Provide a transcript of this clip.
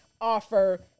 offer